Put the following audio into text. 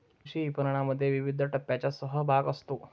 कृषी विपणनामध्ये विविध टप्प्यांचा सहभाग असतो